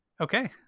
Okay